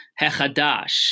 Hechadash